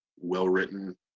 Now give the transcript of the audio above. well-written